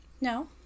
No